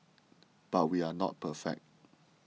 but we are not perfect